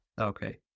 Okay